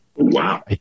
Wow